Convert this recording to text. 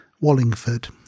Wallingford